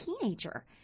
teenager